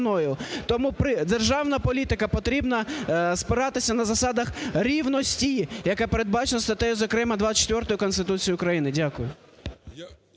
Тому державна політика повинна спиратися на засади рівності, яке передбачено статтею, зокрема, 24-а Конституції України. Дякую.